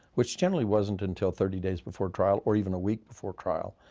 which generally wasn't until thirty days before trial or even a week before trial.